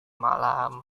malam